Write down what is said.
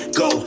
go